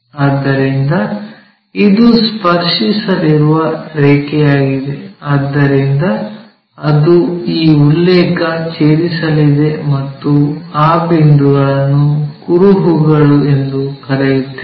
ಆದ್ದರಿಂದ ಇದು ಸ್ಪರ್ಶಿಸಲಿರುವ ರೇಖೆಯಾಗಿದೆ ಆದ್ದರಿಂದ ಅದು ಈ ಉಲ್ಲೇಖ ಛೇದಿಸಲಿದೆ ಮತ್ತು ಆ ಬಿಂದುವನ್ನು ಕುರುಹುಗಳು ಎಂದು ಕರೆಯುತ್ತೇವೆ